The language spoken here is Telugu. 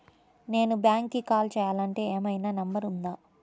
నేను బ్యాంక్కి కాల్ చేయాలంటే ఏమయినా నంబర్ ఉందా?